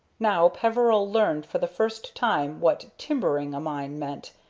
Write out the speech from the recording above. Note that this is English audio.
now peveril learned for the first time what timbering a mine meant,